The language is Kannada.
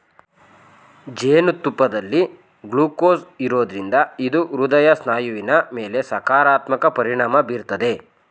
ಜೇನುತುಪ್ಪದಲ್ಲಿ ಗ್ಲೂಕೋಸ್ ಇರೋದ್ರಿಂದ ಇದು ಹೃದಯ ಸ್ನಾಯುವಿನ ಮೇಲೆ ಸಕಾರಾತ್ಮಕ ಪರಿಣಾಮ ಬೀರ್ತದೆ